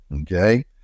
okay